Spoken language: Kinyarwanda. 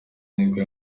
nibwo